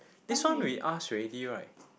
this one we ask already right